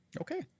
Okay